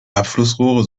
abflussrohre